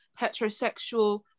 heterosexual